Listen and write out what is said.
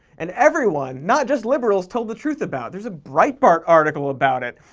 and everyone, not just liberals, told the truth about. there's a breitbart article about it!